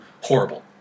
horrible